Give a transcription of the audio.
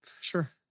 Sure